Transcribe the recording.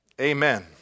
Amen